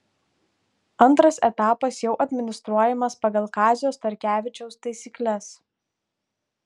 antras etapas jau administruojamas pagal kazio starkevičiaus taisykles